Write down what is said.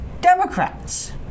democrats